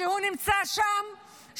כשהוא נמצא שם,